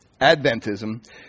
Adventism